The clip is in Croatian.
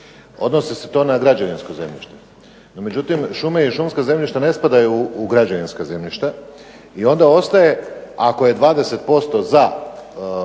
odnosi se to na građevinsko zemljište, no međutim šume i šumska zemljišta ne spadaju u građevinska zemljišta i onda ostaje ako je 20% za